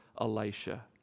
Elisha